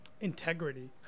integrity